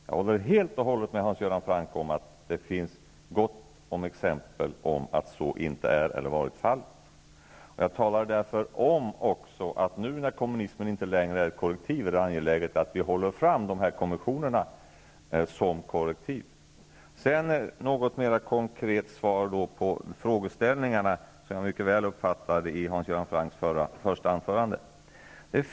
Jag håller helt och hållet med Hans Göran Franck om att det finns gott om exempel på att så inte är eller inte har varit fallet. Jag sade därför också att nu när kommunismen inte längre är ett korrektiv är det angeläget att vi håller fram konventionerna som korrektiv. Jag uppfattade mycket väl frågorna i Hans Göran Francks första anförande, och jag skall svara mera konkret på dem.